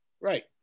Right